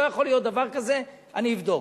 אמרתי: לא יכול להיות דבר כזה, אני אבדוק.